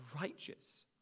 righteous